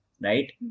Right